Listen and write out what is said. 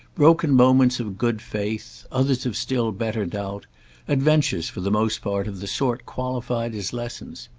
broken moments of good faith, others of still better doubt adventures, for the most part, of the sort qualified as lessons.